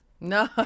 No